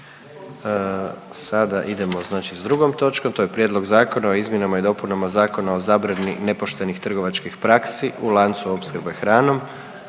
Zaključak. Prvo, prihvaća se Prijedlog Zakona o izmjenama i dopunama Zakona o zabrani nepoštenih trgovačkih praksi u lancu opskrbe hranom